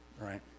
right